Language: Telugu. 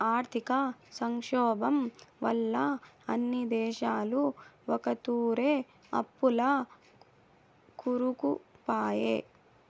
ఆర్థిక సంక్షోబం వల్ల అన్ని దేశాలు ఒకతూరే అప్పుల్ల కూరుకుపాయే